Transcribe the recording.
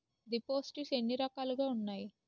దిపోసిస్ట్స్ ఎన్ని రకాలుగా ఉన్నాయి?